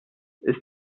ist